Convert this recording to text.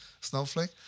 Snowflake